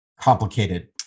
complicated